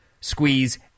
squeeze